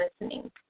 listening